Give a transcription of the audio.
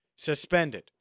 Suspended